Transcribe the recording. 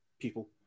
people